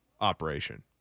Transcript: operation